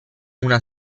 una